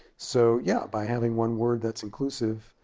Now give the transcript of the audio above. so yeah by having one word that's inclusive,